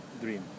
dream